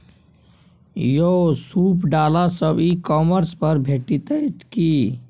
यौ सूप डाला सब ई कॉमर्स पर भेटितै की?